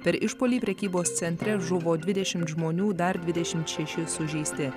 per išpuolį prekybos centre žuvo dvidešimt žmonių dar dvidešimt šeši sužeisti